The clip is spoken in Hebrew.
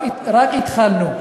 רק התחלנו.